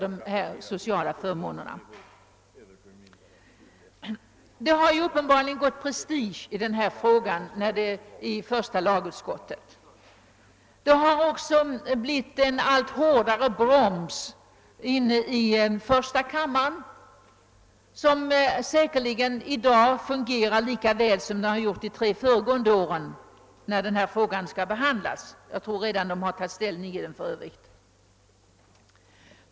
Det har uppenbarligen gått prestige i frågan i första lagutskottet. Förslaget har också bromsats allt hårdare i första kammaren, som säkerligen i dag fungerar lika väl som den gjort de tre föregående år då denna fråga behandlats; första kammaren har som sagt redan tagit ställning i saken.